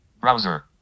Browser